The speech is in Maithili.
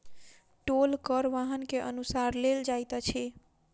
टोल कर वाहन के अनुसार लेल जाइत अछि